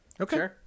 okay